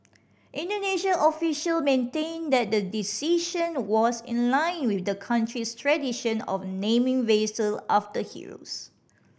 Indonesian official maintained that the decision was in line with the country's tradition of naming vessel after heroes